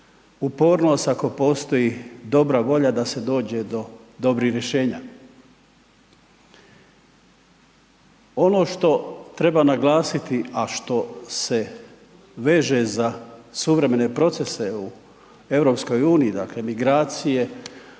upornost, ako postoji dobra volja da se dođe do dobrih rješenja. Ono što treba naglasiti, a što se veže za suvremene procese u EU, dakle migracije,